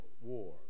war